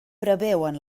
preveuen